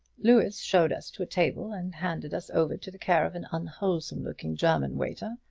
louis showed us to a table and handed us over to the care of an unwholesome-looking german waiter,